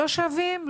לא שווים?